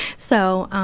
so,